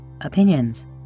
opinions